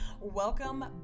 welcome